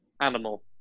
animal